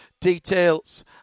details